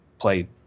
play